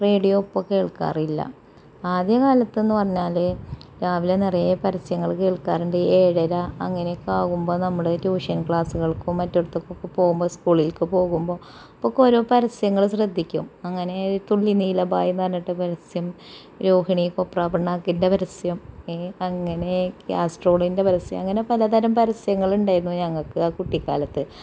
radio ഇപ്പോൾ കേൾക്കാറില്ല ആദ്യ കാലത്ത് എന്ന് പറഞ്ഞാല് രാവിലെ നിറയെ പരസ്യങ്ങൾ കേൾക്കാറുണ്ട് ഏഴര അങ്ങനെയൊക്കെ ആകുമ്പോൾ നമ്മള് ട്യൂഷൻ ക്ലാസ്സുകൾക്കും മറ്റോടത്തെത്തൊക്കെ പോകുമ്പോൾ സ്കൂളിലേക്ക് പോകുമ്പോൾ അപ്പോഴൊക്കെ ഓരോ പരസ്യങ്ങൾ ശ്രദ്ധിക്കും അങ്ങനെയിരിക്കും നീള ബായിന്ന് പറഞ്ഞിട്ട് ഒരു പരസ്യം രോഹിണി കൊപ്രാപിണ്ണാക്കിൻറ്റെ പരസ്യം ഇനി അങ്ങനെ ഗ്യാസ്ട്രോണിൻറ്റെ പരസ്യം അങ്ങനെ പലതരം പരസ്യങ്ങള് ഉണ്ടായിരുന്നു ഞങ്ങൾക്ക് ആ കുട്ടിക്കാലത്ത്